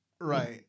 right